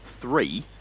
three